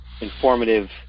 informative